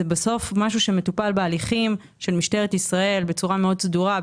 זה משהו שמטופל בהליכים של משטרת ישראל בצורה מאוד סדורה,